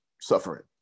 suffering